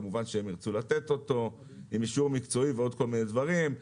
כמובן שהם ירצו לתת אותו עם אישור מקצועי ועוד כל מיני דברים.